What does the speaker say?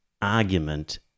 argument